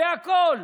בכול,